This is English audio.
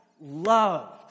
loved